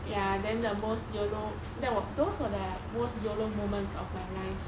ya then the most yolo that was those were the worst yolo moments of my life